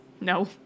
No